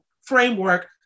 framework